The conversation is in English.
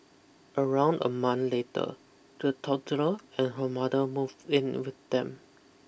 around a month later the toddler and her mother moved in with them